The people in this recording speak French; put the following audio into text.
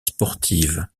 sportive